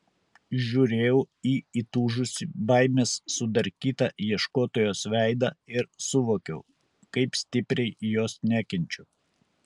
žiūrėjau į įtūžusį baimės sudarkytą ieškotojos veidą ir suvokiau kaip stipriai jos nekenčiu